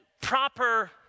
proper